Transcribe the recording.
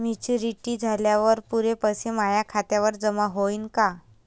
Maturity झाल्यावर पुरे पैसे माया खात्यावर जमा होईन का?